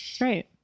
Right